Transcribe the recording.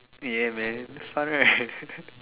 ya man fun right